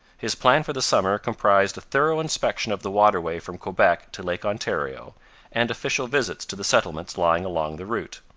his plan for the summer comprised a thorough inspection of the waterway from quebec to lake ontario and official visits to the settlements lying along the route.